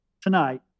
tonight